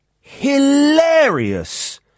hilarious